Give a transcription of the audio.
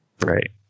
Right